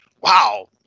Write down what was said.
wow